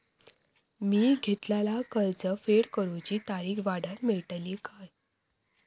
मी घेतलाला कर्ज फेड करूची तारिक वाढवन मेलतली काय?